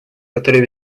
которые